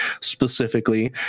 specifically